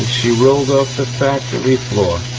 she rolled off the factory floor.